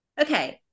okay